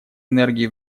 энергии